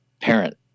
parent